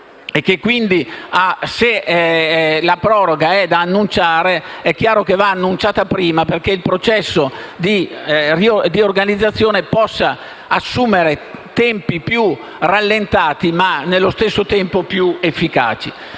se la proroga è da annunciare, è chiaro che deve essere annunciata prima, perché il processo di riorganizzazione possa assumere tempi più rallentati ma, nello stesso tempo, più efficaci.